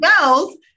girls